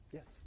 Yes